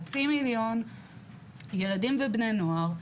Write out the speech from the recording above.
חצי מיליון ילדים ובני נוער,